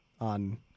on